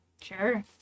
Sure